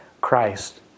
Christ